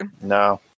No